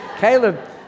Caleb